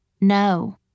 No